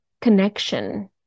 connection